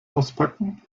auspacken